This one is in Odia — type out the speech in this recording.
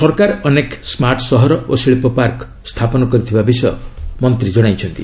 ସରକାର ଅନେକ ସ୍କାର୍ଟ୍ ସହର ଓ ଶିଳ୍ପ ପାର୍କ ସ୍ଥାପନ କରିଥିବାର ମନ୍ତ୍ରୀ କହିଛନ୍ତି